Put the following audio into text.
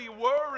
worry